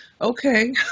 Okay